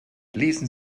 lesen